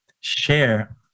share